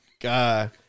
God